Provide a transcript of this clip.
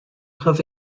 have